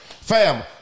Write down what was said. Fam